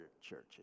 churches